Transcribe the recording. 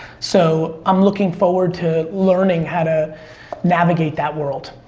so, i'm looking forward to learning how to navigate that world.